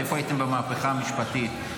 איפה הייתם במהפכה המשפטית.